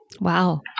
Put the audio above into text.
Wow